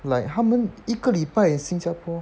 like 他们一个礼拜新加坡